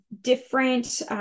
different